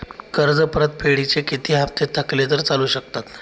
कर्ज परतफेडीचे किती हप्ते थकले तर चालू शकतात?